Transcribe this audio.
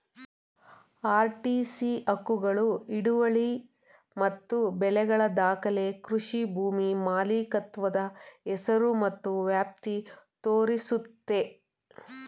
RTC ಹಕ್ಕುಗಳು ಹಿಡುವಳಿ ಮತ್ತು ಬೆಳೆಗಳ ದಾಖಲೆ ಕೃಷಿ ಭೂಮಿ ಮಾಲೀಕತ್ವದ ಹೆಸರು ಮತ್ತು ವ್ಯಾಪ್ತಿ ತೋರಿಸುತ್ತೆ